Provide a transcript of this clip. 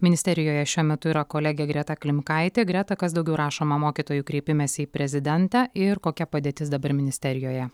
ministerijoje šiuo metu yra kolegė greta klimkaitė greta kas daugiau rašoma mokytojų kreipimesi į prezidentę ir kokia padėtis dabar ministerijoje